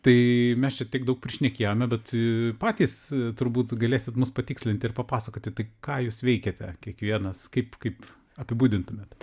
tai mes čia tiek daug prišnekėjome bet patys turbūt galėsit mus patikslinti ir papasakoti tai ką jūs veikiate kiekvienas kaip kaip apibūdintumėt